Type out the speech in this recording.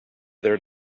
their